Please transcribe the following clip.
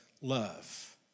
love